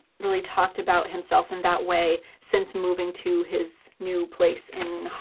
really talked about himself in that way since moving to his new place, in,